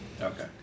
Okay